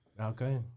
Okay